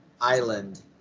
island